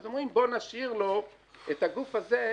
אז אומרים בואו נשאיר לו את הגוף הזה,